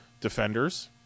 Defenders